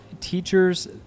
teachers